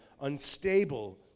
unstable